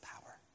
power